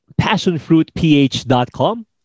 passionfruitph.com